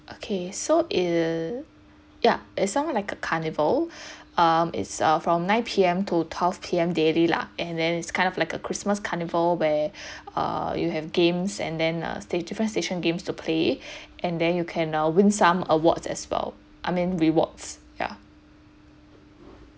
okay so it yeah it somewhat like a carnival um it's uh from nine P M to twelve P M daily lah and then it's kind of like a christmas carnival where err you have games and then uh there's different station games to play and then you can now win some awards as well I mean rewards ya